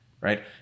right